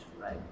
right